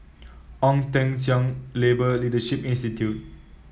Ong Teng Cheong Labour Leadership Institute